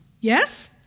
Yes